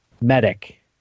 Medic